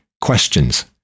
questions